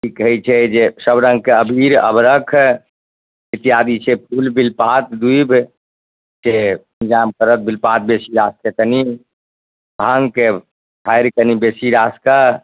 कि कहै छै जे सबरङ्गके अबीर अबरख इत्यादि छै फूल बेलपात दुइबके इन्तजाम करब बेलपात बेसी रासके कनि भाँगके ठाड़ि कनि बेसी रास कऽ